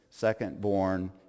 secondborn